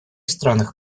странах